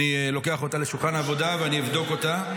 אני לוקח אותה לשולחן העבודה ואני אבדוק אותה,